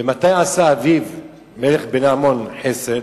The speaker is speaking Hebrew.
ומתי עשה אביו, מלך בני עמון, חסד?